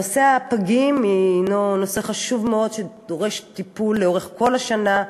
נושא הפגים הוא נושא חשוב מאוד שדורש טיפול לאורך כל השנה,